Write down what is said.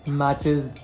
matches